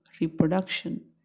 reproduction